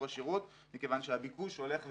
השירות מכיוון שהביקוש הולך וגדל.